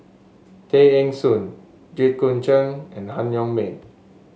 Tay Eng Soon Jit Koon Ch'ng and Han Yong May